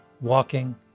walking